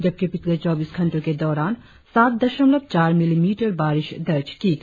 जबकि पिछले चौबीस घंटों के दौरान सात दशमलव चार मिलीमीटर बारिश दर्ज कराया गया